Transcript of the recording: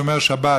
שומר שבת,